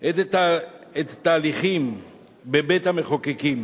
את התהליכים בבית-המחוקקים